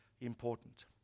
important